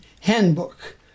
handbook